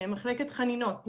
מחלקת חנינות.